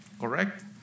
Correct